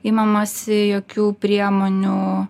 imamasi jokių priemonių